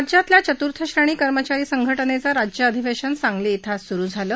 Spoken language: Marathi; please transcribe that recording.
राज्यातल्या चतुर्थ श्रेणी कर्मचारी संघटनेचं राज्य अधिवेशन सांगली धिं आज सुरु झालं